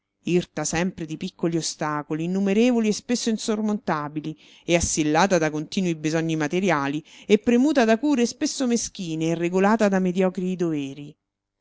irta sempre di piccoli ostacoli innumerevoli e spesso insormontabili e assillata da continui bisogni materiali e premuta da cure spesso meschine e regolata da mediocri doveri